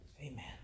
Amen